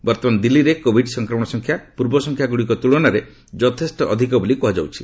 ବର୍ତ୍ତମାନ ଦିଲ୍ଲୀରେ କୋଭିଡ୍ ସଂକ୍ରମଣ ସଂଖ୍ୟା ପୂର୍ବ ସଂଖ୍ୟା ଗୁଡ଼ିକ ତୁଳନାରେ ଯଥେଷ୍ଟ ଅଧିକ ବୋଲି କୁହାଯାଉଛି